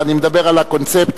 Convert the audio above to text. אני מדבר על הקונספט,